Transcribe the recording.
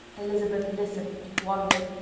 elizabeth listened, wondered,